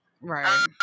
Right